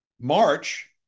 March